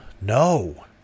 No